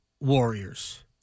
Warriors